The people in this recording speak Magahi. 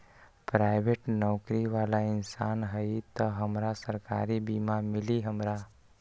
पराईबेट नौकरी बाला इंसान हई त हमरा सरकारी बीमा मिली हमरा?